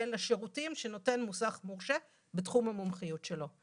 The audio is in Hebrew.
של שירותים שנותן מוסך מורשה בתחום המומחיות שלו.